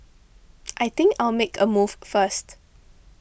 I think I'll make a move first